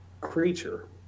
creature